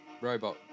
robot